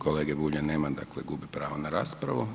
Kolege Bulja nema dakle gubi pravo na raspravu.